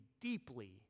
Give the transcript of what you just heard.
deeply